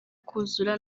kuzura